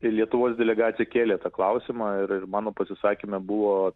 tai lietuvos delegacija kėlė tą klausimą ir ir mano pasisakyme buvo